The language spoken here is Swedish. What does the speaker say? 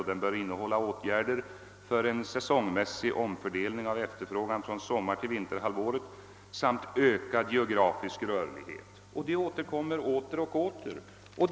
Den bör innehålla åtgärder för en säsongmässig omfördelning av efterfrågan från sommartill vinterhalvåret samt ökad geografisk rörlighet för arbetskraften.» Denna uppfattning återkommer upprepade gånger.